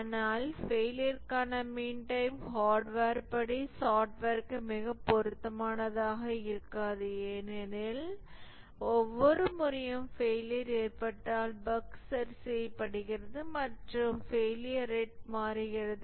ஆனால் ஃபெயிலியர்க்கான mean time hardware படி சாப்ட்வேர்க்கு மிகவும் பொருத்தமானதாக இருக்காது ஏனெனில் ஒவ்வொரு முறையும் ஃபெயிலியர் ஏற்பட்டால் பஃக் சரி செய்யப்படுகிறது மற்றும் ஃபெயிலியர் ரேட் மாறுகிறது